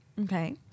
Okay